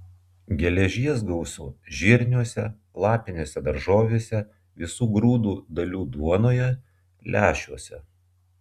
geležies gausu žirniuose lapinėse daržovėse visų grūdo dalių duonoje lęšiuose